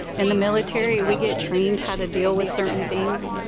in the military we get trained how to deal with certain things.